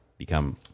become